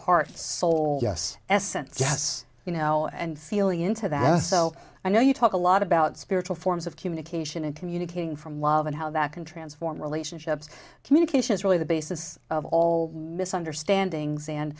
and soul yes essence yes you know and feeling into that so i know you talk a lot about spiritual forms of communication and communicating from love and how that can transform relationships communication is really the basis of all misunderstandings and